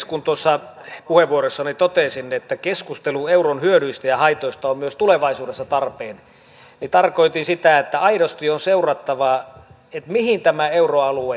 kun tuossa puheenvuorossani totesin että keskustelu euron hyödyistä ja haitoista on myös tulevaisuudessa tarpeen niin tarkoitin sitä että aidosti on seurattava mihin tämä euroalue kehittyy